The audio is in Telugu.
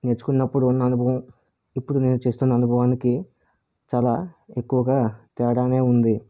నేర్చుకున్నప్పుడు ఉన్న అనుభవం ఇప్పుడు నేను చేస్తున్న అనుభవానికి చాలా ఎక్కువుగా తేడానే ఉంది